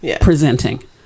presenting